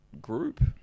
group